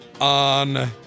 on